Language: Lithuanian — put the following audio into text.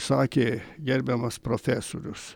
sakė gerbiamas profesorius